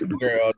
Girl